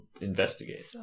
Investigate